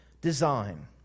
design